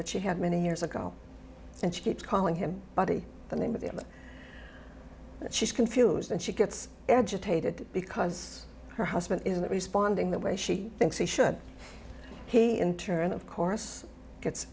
that she had many years ago and she keeps calling him buddy the name of it and she's confused and she gets agitated because her husband isn't responding the way she thinks he should he in turn of course gets